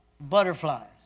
butterflies